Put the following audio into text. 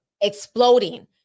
exploding